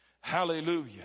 Hallelujah